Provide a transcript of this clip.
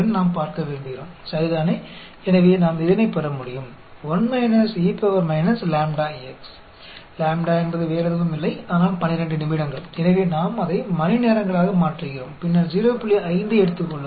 तो हम प्राप्त कर सकते हैं Lambda कुछ भी नहीं है लेकिन 12 मिनट और इसलिए हम इसे घंटों में परिवर्तित कर रहे हैं फिर 05 लें